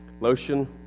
lotion